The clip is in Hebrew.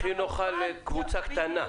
הכי נוחה לקבוצה קטנה.